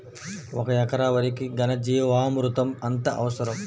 ఒక ఎకరా వరికి ఘన జీవామృతం ఎంత అవసరం?